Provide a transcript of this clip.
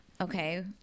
okay